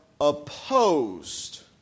opposed